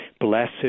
blessed